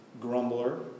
grumbler